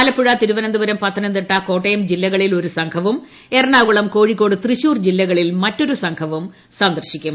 ആലപ്പുഴ തിരുവനന്തപുരം പത്തനംതിട്ട ക്ട്രോട്ടയം ജില്ലകളിൽ ഒരു സംഘവും എറണാകുളം കോഴിക്കോട് ്രതൃശൂർ ജില്ലകളിൽ മറ്റൊരു സംഘവും സന്ദർശിക്കും